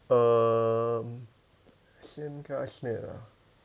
err same classmate ah